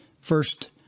First